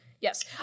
yes